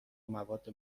مواد